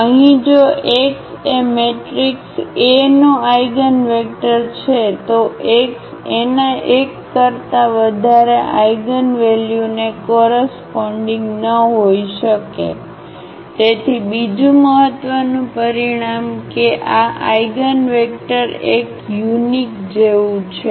અહીં જો x એ મેટ્રિક્સ A નો આઇગનવેક્ટર છે તો x એના એક કરતા વધારે આઇગનવેલ્યુને કોરસપોન્ડીગ ન હોઈ શકે તેથી બીજું મહત્વનું પરિણામ કે આ આઇગનવેક્ટર એક યુનિક જેવું છે